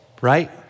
right